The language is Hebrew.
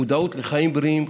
מודעות לחיים בריאים,